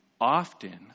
often